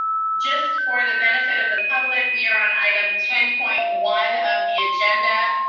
just for the benefit of the public, we are on item ten point one of the agenda,